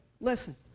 Listen